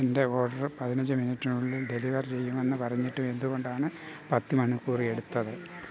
എന്റെ ഓർഡർ പതിനഞ്ച് മിനിറ്റിനുള്ളിൽ ഡെലിവർ ചെയ്യുമെന്ന് പറഞ്ഞിട്ടും എന്തുകൊണ്ടാണ് പത്ത് മണിക്കൂർ എടുത്തത്